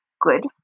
good